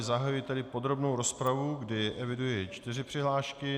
Zahajuji tedy podrobnou rozpravu, kdy eviduji čtyři přihlášky.